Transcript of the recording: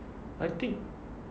I think